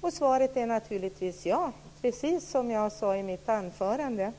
Och svaret är naturligtvis ja, precis som jag sade i mitt anförande.